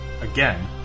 Again